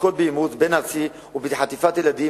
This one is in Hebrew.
העוסקות באימוץ בין-ארצי ובחטיפת ילדים,